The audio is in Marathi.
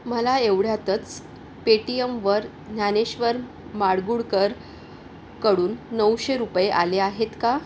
मला एवढ्यातच पेटीयमवर ज्ञानेश्वर माडगूळरकडून नऊशे रुपये आले आहेत का